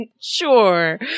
Sure